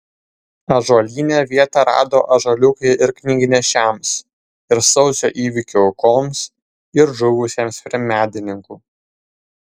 ąžuolyne vietą rado ąžuoliukai ir knygnešiams ir sausio įvykių aukoms ir žuvusiems prie medininkų